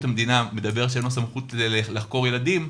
המדינה אומר שאין לו סמכות לחקור ילדים,